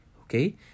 Okay